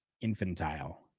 infantile